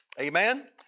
Amen